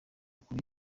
kuri